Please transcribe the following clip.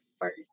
first